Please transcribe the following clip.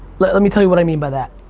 let let me tell you what i mean by that.